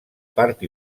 part